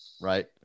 Right